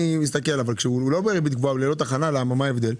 אבל כשהוא במסלול ללא ריבית גבוהה וללא תחנת יציאה מהו ההבדל?